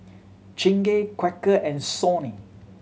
Chingay Quaker and Sony